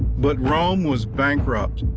but, rome was bankrupt.